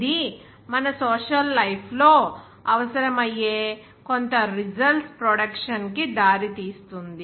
ఇది మన social life లో అవసరమయ్యే కొంత రిజల్ట్స్ ప్రొడక్షన్ కి దారితీస్తుంది